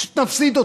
פשוט נפסיד אותו.